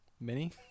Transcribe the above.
Mini